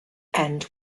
and